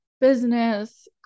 business